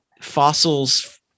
fossils